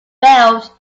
failed